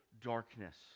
darkness